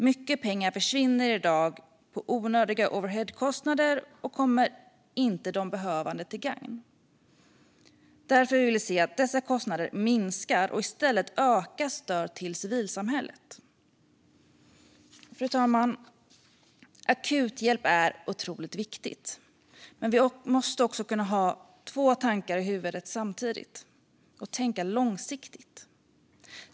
Mycket pengar försvinner i dag till onödiga overheadkostnader och kommer inte de behövande till del. Därför vill vi se att dessa kostnader minskar och i stället öka stödet till civilsamhället. Fru talman! Akuthjälp är otroligt viktigt, men vi måste kunna ha två tankar i huvudet samtidigt och tänka långsiktigt.